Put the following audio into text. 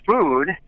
food